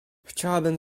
chciałabym